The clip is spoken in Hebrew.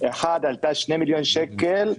אחת עלתה 2 מיליון שקל,